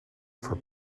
for